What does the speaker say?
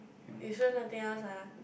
you sure nothing else ah